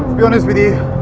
be honest with you,